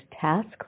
Task